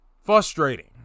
Frustrating